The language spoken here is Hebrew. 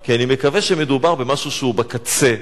כי אני מקווה שמדובר במשהו שהוא בקצה,